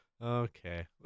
okay